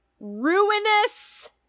ruinous